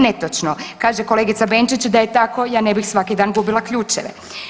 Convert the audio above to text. Netočno, kaže kolegica Benčić da je tako ja ne bih svaki dan gubila ključeve.